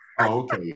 Okay